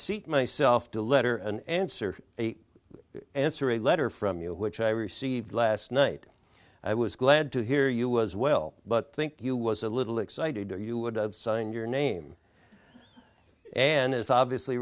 see myself the letter an answer a answer a letter from you which i received last night i was glad to hear you was well but think you was a little excited or you would have signed your name and is obviously